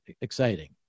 exciting